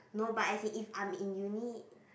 not but as in if I'm in uni